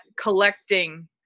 collecting